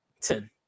ten